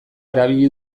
erabili